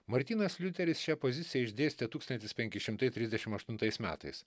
martynas liuteris šią poziciją išdėstė tūkstantis penki šimtai trisdešim aštuntais metais